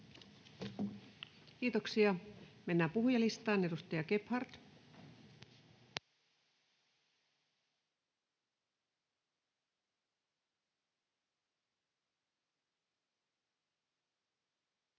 Kiitoksia. — Mennään puhujalistaan. Edustaja Gebhard. Arvoisa